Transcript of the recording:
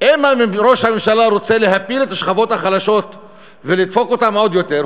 אם ראש הממשלה רוצה להפיל את השכבות החלשות ולדפוק אותן עוד יותר,